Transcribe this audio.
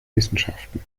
wissenschaften